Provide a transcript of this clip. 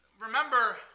remember